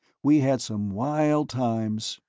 we had some wild times,